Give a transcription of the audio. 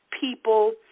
people